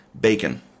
Bacon